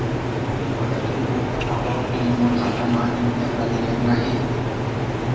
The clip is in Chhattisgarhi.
किरपा करके मोला बतावव कि मोर खाता मा न्यूनतम राशि कतना हे